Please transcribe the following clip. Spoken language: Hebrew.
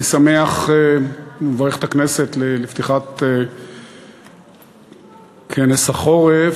אני שמח לברך את הכנסת על פתיחת כנס החורף.